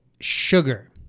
sugar